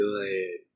good